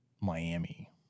Miami